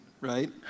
right